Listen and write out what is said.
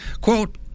Quote